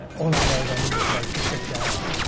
all i know is i need a place to sit down.